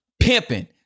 pimping